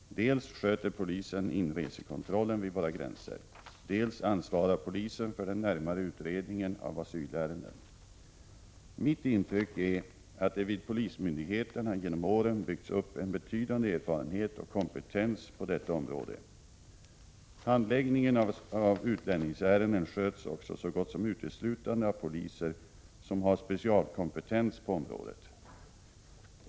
Dels sköter polisen inresekontrollen vid våra gränser, dels ansvarar polisen för den närmare utredningen av asylärenden. Mitt intryck är att det vid polismyndigheterna genom åren byggts upp en betydande erfarenhet och kompetens på detta område. Handläggningen av utlänningsärenden sköts också så gott som uteslutande av poliser som har specialkompetens på området.